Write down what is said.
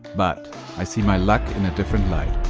but i see my luck in a different light.